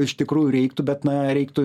iš tikrųjų reiktų bet na reiktų